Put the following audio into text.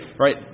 right